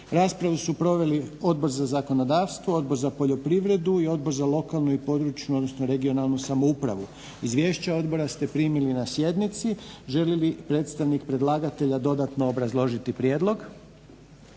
Raspravu su proveli Odbor za zakonodavstvo, Odbor za poljoprivredu i Odbor za lokalnu i područnu odnosno regionalnu samoupravu. Izvješća odbora ste primili na sjednici. Želi li predstavnik predlagatelja dodatno obrazložiti prijedlog?